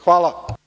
Hvala.